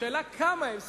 השאלה היא כמה הם ספורים.